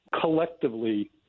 collectively